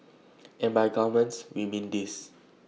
and by gourmet we mean this